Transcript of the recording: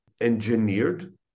engineered